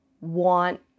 want